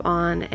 on